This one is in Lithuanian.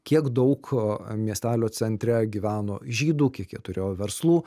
kiek daug miestelio centre gyveno žydų kiek jie turėjo verslų